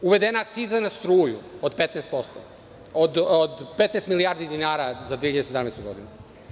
Uvedena je akciza na struju od 15%, od 15 milijardi dinara 2017. godine.